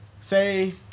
say